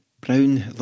Brown